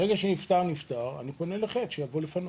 ברגע שדייר נפטר אני פונה אליו שיבוא לפנות.